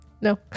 No